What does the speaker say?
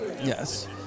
yes